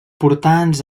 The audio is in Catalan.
portants